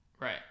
Right